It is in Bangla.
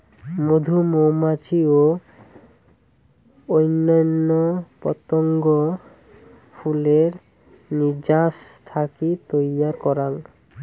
মধু মৌমাছি ও অইন্যান্য পতঙ্গ ফুলের নির্যাস থাকি তৈয়ার করাং